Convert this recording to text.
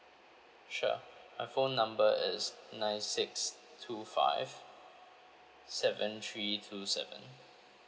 sure my phone number is nine six two five seven three two seven